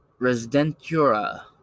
residentura